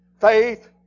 faith